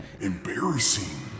Embarrassing